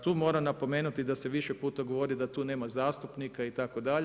Tu moram napomenuti da se više puta govori da tu nema zastupnika itd.